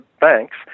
banks